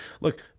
look